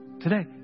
today